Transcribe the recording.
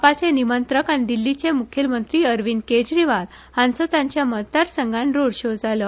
आपाचे निमंत्रक आनी दिल्लीचे मुखेलमंत्री अरविंद केजरीवाल हाणी आपल्या मतदारसंघात रोड शो घेतलो